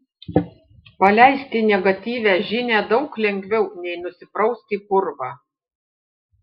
paleisti negatyvią žinią daug lengviau nei nusiprausti purvą